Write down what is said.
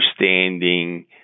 understanding